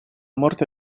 morte